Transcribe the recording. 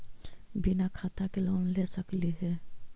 बिना खाता के लोन ले सकली हे?